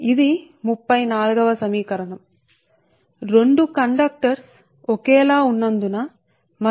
ఇది సమీకరణం 35 ఎందుకంటే మనం వ్రాస్తున్నాం